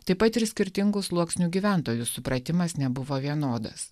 taip pat ir skirtingų sluoksnių gyventojų supratimas nebuvo vienodas